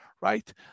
right